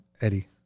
eddie